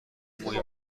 موی